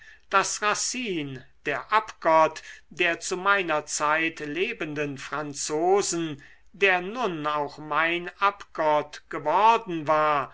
daß racine der abgott der zu meiner zeit lebenden franzosen der nun auch mein abgott geworden war